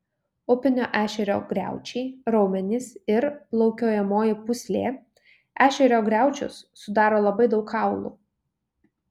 upinio ešerio griaučiai raumenys ir plaukiojamoji pūslė ešerio griaučius sudaro labai daug kaulų